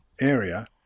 area